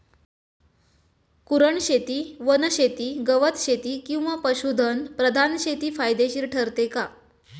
कुरणशेती, वनशेती, गवतशेती किंवा पशुधन प्रधान शेती फायदेशीर ठरते का?